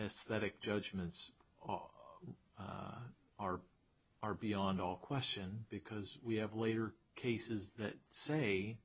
aesthetic judgments are are are beyond all question because we have later cases that say